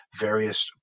various